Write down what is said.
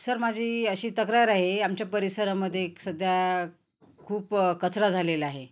sir माझी अशी तक्रार आहे आमच्या परिसरामध्ये एक सध्या खूप कचरा झालेला आहे